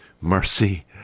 Mercy